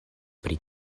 pri